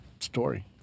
story